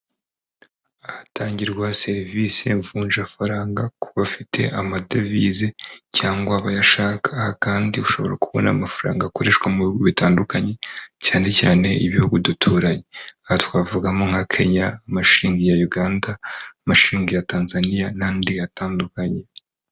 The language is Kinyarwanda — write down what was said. Aha tangirwa serivisi mvuja faranga ku bafite amadevize cyangwa abayashaka. Aha kandi ushobora kubona amafaranga akoreshwa mu bihugu bitandukanye, cyane cyane ibihugu duturanye, aha twavugamo nka Kenya, amashiringi ya Uganda, amashiringi ya Tanzaniya, nandi atandukanye.